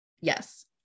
Yes